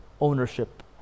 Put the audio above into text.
ownership